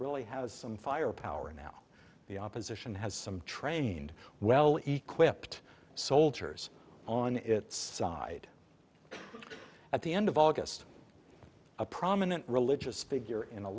really has some fire power now the opposition has some trained well equipped soldiers on its side at the end of august a prominent religious figure in a